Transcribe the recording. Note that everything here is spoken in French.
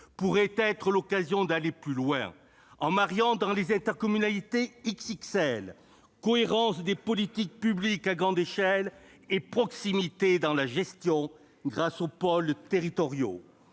pourrait être l'occasion d'aller plus loin en mariant, dans les intercommunalités « XXL », cohérence des politiques publiques à grande échelle et proximité dans la gestion grâce aux pôles territoriaux.